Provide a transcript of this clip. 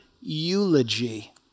eulogy